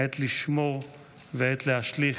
עת לשמור ועת להשליך.